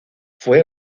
fue